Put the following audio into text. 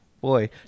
boy